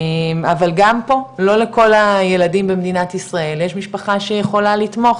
אבל גם פה לא לכל הילדים במדינת ישראל יש משפחה שיכולה לתמוך,